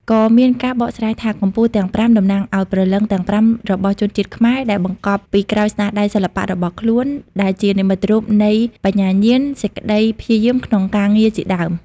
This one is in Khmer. ក៏មានការបកស្រាយថា កំពូលទាំងប្រាំតំណាងឱ្យព្រលឹងទាំងប្រាំរបស់ជនជាតិខ្មែរ ដែលបង្កប់ពីក្រោយស្នាដៃសិល្បៈរបស់ខ្លួន ដែលជានិមិត្តរូបនៃ បញ្ញាញាណ សេចក្ដីព្យាយាមក្នុងការងារជាដើម។